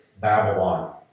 Babylon